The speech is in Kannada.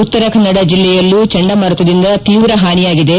ಉತ್ತರ ಕನ್ನಡ ಜಿಲ್ಲೆಯಲ್ಲೂ ಚಂಡಮಾರುತದಿಂದ ತೀವ್ರ ಹಾನಿಯಾಗಿದೆ